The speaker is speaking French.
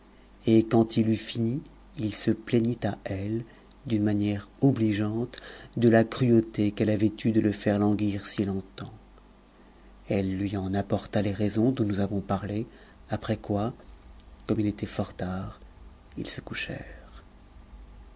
et quand il eut fini il se plaignit à elle d'une manière obligeante de la cruauté qu'elle avait eue de le faire languir si longtemps elle lui en apporta les raisons dont nous avons parlé après quoi comme il était tort tard ils se